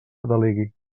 delegui